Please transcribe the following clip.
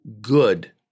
good